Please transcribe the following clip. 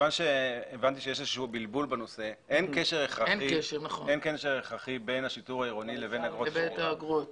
אין קשר בין השיטור העירוני לאגרות השמירה.